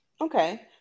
Okay